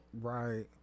Right